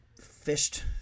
fished